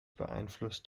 beeinflusst